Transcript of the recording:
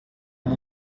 amb